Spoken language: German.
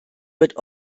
wird